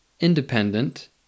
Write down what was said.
independent